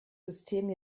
system